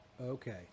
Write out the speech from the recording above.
Okay